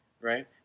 right